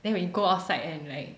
then we go outside and like